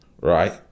right